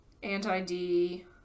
Anti-D